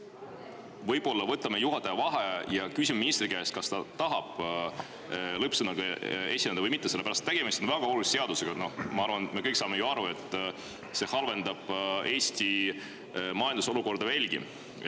võib-olla võtaksime juhataja vaheaja ja küsime ministri käest, kas ta tahab lõppsõnaga esineda või mitte, sellepärast et tegemist on väga olulise seadusega. Ma arvan, et me kõik saame ju aru sellest, et see halvendab Eesti majanduse olukorda veelgi.